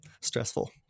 stressful